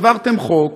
העברתם חוק,